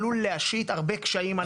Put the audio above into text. עלול להשית הרבה קשיים על היזמים.